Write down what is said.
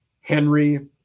Henry